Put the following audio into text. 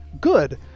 good